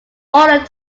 ordered